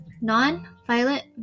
non-violent